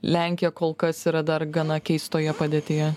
lenkija kol kas yra dar gana keistoje padėtyje